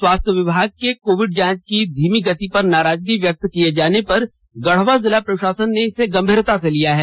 स्वास्थ्य विभाग के कोविड जाँच की धीमी गति पर नाराजगी व्यक्त किये जाने पर गढ़वा जिला प्रशासन ने इसे गंभीरता से लिया है